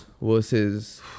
versus